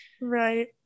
right